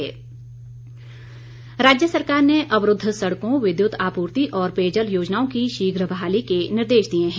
निर्देश इस बीच राज्य सरकार ने अवरूद्व सड़कों विद्युत आपूर्ति और पेयजल योजनाओं की शीघ्र बहाली के निर्देश दिए हैं